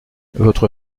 votre